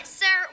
sir